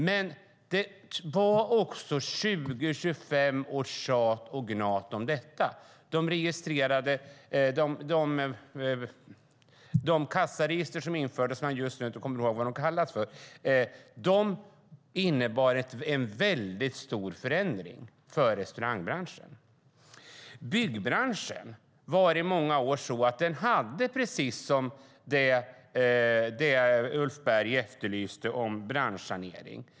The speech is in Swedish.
Men det var också 20-25 års tjat och gnat om detta. De kassaregister som infördes - just nu kommer jag inte ihåg vad de kallas - innebar en väldigt stor förändring för restaurangbranschen. Byggbranschen hade i många år precis det som Ulf Berg efterlyste: branschsanering.